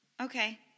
okay